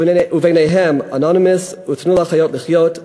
וביניהם "אנונימוס" ו"תנו לחיות לחיות",